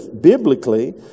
biblically